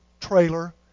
trailer